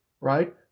Right